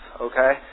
okay